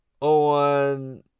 on